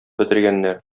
бетергәннәр